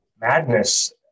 madness